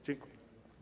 Dziękuję.